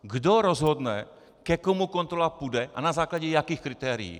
Kdo rozhodne, ke komu kontrola půjde, a na základě jakých kritérií?